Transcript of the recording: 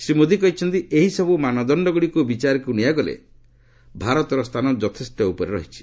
ଶ୍ରୀ ମୋଦି କହିଛନ୍ତି ଏହିସବୁ ମାନଦଶ୍ଚଗୁଡ଼ିକୁ ବିଚାରକୁ ନିଆଗଲେ ଭାରତର ସ୍ଥାନ ଯଥେଷ୍ଟ ଉପରେ ରହିଛି